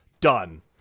Done